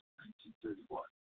1931